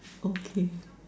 okay